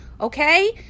Okay